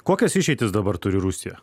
kokias išeitis dabar turi rusija